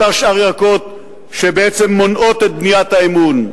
אותם שאר ירקות שבעצם מונעים את בניית האמון.